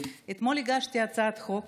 אתמול הגשתי הצעת חוק